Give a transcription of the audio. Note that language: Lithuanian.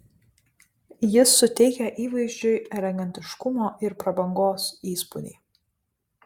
jis suteikia įvaizdžiui elegantiškumo ir prabangos įspūdį